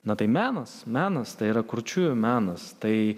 na tai menas menas tai yra kurčiųjų menas tai